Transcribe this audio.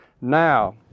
now